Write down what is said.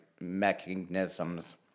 mechanisms